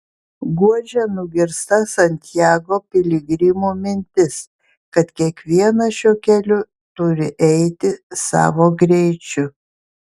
guodžia nugirsta santiago piligrimų mintis kad kiekvienas šiuo keliu turi eiti savo greičiu